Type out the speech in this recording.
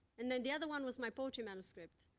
and then, the other one was my poetry manuscript.